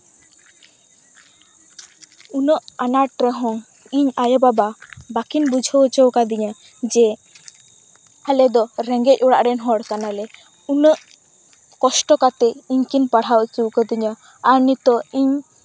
ᱩᱱᱟᱹᱜ ᱟᱱᱟᱴ ᱨᱮᱦᱚᱸ ᱤᱧ ᱟᱭᱳ ᱵᱟᱵᱟ ᱵᱟᱠᱤᱱ ᱵᱩᱡᱷᱟᱹᱣ ᱦᱚᱪᱚᱣᱟᱠᱟᱫᱤᱧᱟᱹ ᱡᱮ ᱟᱞᱮᱫᱚ ᱨᱮᱸᱜᱮᱡ ᱚᱲᱟᱜ ᱨᱮᱱ ᱦᱚᱲ ᱠᱟᱱᱟᱞᱮ ᱩᱱᱟᱹᱜ ᱠᱚᱥᱴᱚ ᱠᱟᱛᱮ ᱤᱧᱠᱤᱱ ᱯᱟᱲᱦᱟᱣ ᱦᱚᱪᱚᱣᱟᱠᱟᱫᱤᱧᱟᱹ ᱟᱨ ᱱᱤᱛᱳᱜ ᱤᱧ